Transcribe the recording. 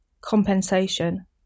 compensation